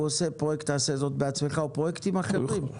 הוא עושה פרויקט עשה זאת בעצמך או פרויקטים אחרים.